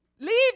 Leave